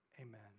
Amen